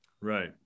right